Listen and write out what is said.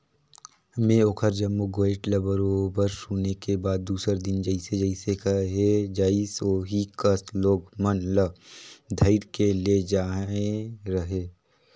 में ओखर जम्मो गोयठ ल बरोबर सुने के बाद दूसर दिन जइसे जइसे कहे लाइस ओही कस लोग मन ल धइर के ले जायें रहें